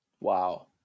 Wow